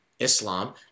Islam